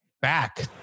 back